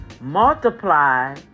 multiply